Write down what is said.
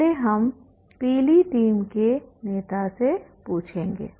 पहले हम पीली टीम के नेता से पूछेंगे